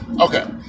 Okay